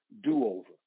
do-over